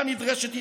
ולה נדרשת התנגדות,